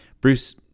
Bruce